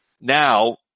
now